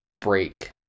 break